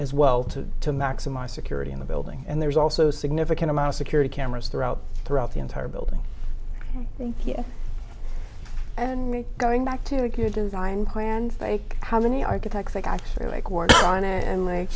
as well to to maximize security in the building and there's also significant amount of security cameras throughout throughout the entire building thank you and me going back to the good design plan fake how many architects like i feel like we're going to and like